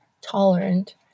tolerant